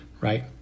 right